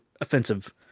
offensive